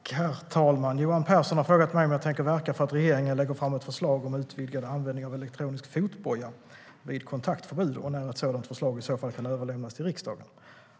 Herr talman! Johan Pehrson har frågat mig om jag tänker verka för att regeringen lägger fram ett förslag om utvidgad användning av elektronisk fotboja vid kontaktförbud och när ett sådant förslag i så fall kan överlämnas till riksdagen.